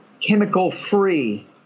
chemical-free